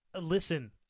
Listen